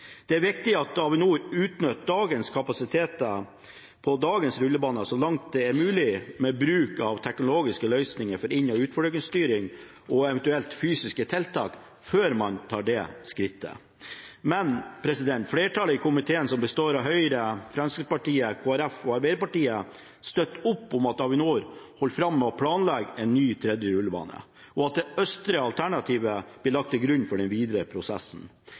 Det er viktig at Avinor utnytter dagens kapasitet og dagens rullebaner så langt det er mulig med bruk av teknologiske løsninger for inn- og utflygningsstyring og eventuelt fysiske tiltak før man tar det skrittet, men flertallet i komiteen, som består av Høyre, Fremskrittspartiet, Kristelig Folkeparti og Arbeiderpartiet, støtter opp om at Avinor holder fram med å planlegge en ny tredje rullebane, og at det østre alternativet blir lagt til grunn for den videre prosessen.